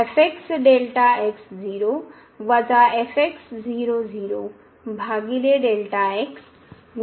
येथे आहे